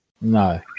No